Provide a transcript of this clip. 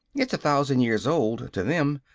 it's a thousand years old, to them!